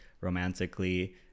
romantically